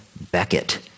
Beckett